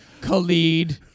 Khalid